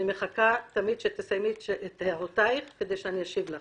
אני מחכה תמיד שתסיימי את הערותייך על מנת להשיב.